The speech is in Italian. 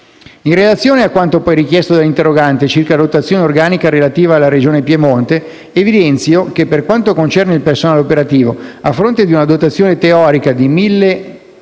In relazione a quanto, poi, richiesto dall'interrogante circa la dotazione organica relativa alla regione Piemonte, evidenzio che per quanto concerne il personale operativo, a fronte di una dotazione teorica di 1.901